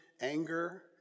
anger